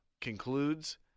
concludes